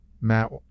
Matt